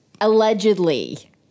Allegedly